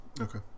Okay